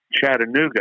Chattanooga